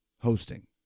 Hosting